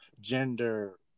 gender